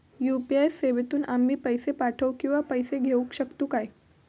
UPI सेवेतून आम्ही पैसे पाठव किंवा पैसे घेऊ शकतू काय?